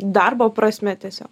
darbo prasme tiesiog